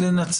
לנצל,